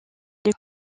les